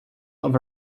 off